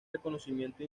reconocimiento